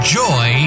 joy